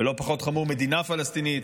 ולא פחות חמור, מדינה פלסטינית.